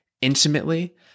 intimately